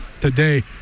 today